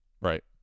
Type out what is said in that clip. Right